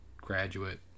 graduate